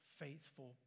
faithful